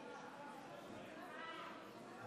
זו,